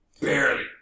barely